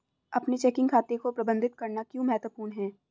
अपने चेकिंग खाते को प्रबंधित करना क्यों महत्वपूर्ण है?